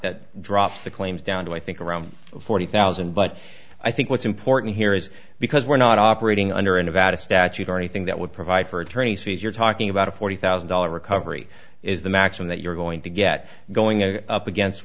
that drops the claims down to i think around forty thousand but i think what's important here is because we're not operating under a nevada statute or anything that would provide for attorney's fees you're talking about a forty thousand dollars recovery is the maximum that you're going to get going up against